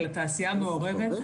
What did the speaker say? אלא תעשייה מעורבת.